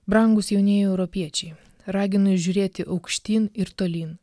brangūs jaunieji europiečiai raginu jus žiūrėti aukštyn ir tolyn